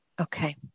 okay